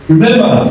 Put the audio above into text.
Remember